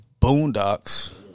boondocks